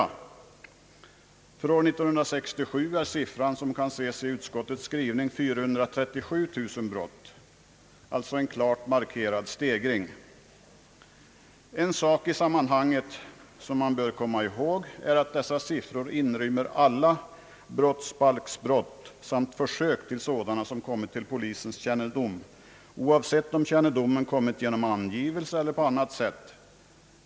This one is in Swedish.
För år 1967 är motsvarande siffra, som kan ses i utskottets skrivning, 437 000 brott — alltså en klart markerad stegring. Något som man i detta sammanhang bör komma ihåg är att dessa siffror inrymmer alla brott mot brottsbalken samt försök till sådana brott vilka kommit till polisens kännedom, oavsett om detta skett genom angivelse eller på annat sätt.